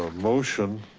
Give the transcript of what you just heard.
ah motion